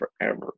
forever